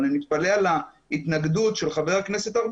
אבל אני מתפלא על ההתנגדות של חה"כ ארבל